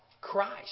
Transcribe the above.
Christ